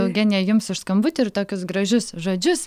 eugenija jums už skambutį ir tokius gražius žodžius